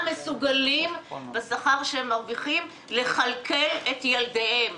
מסוגלים בשכר שהם מרוויחים לכלכל את ילדיהם.